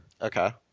okay